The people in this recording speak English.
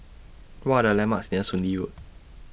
What Are The landmarks near Soon Lee Road